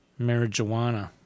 Marijuana